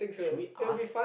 should we ask